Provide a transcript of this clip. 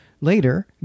later